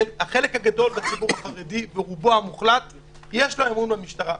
החלק הגדול בציבור החרדי ברובו המוחלט יש לו אמון במשטרה.